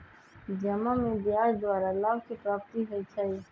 जमा में ब्याज द्वारा लाभ के प्राप्ति होइ छइ